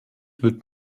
wird